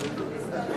לא הקשבתי.